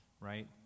right